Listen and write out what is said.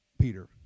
Peter